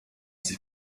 sich